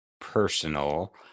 personal